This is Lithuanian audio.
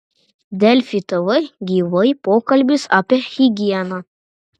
delfi tv gyvai pokalbis apie higieną